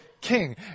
king